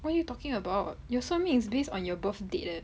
what are you talking about your 算命 is based on your birth date leh